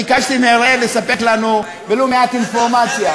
ביקשתי מאראל לספק לנו ולו מעט אינפורמציה,